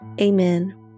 Amen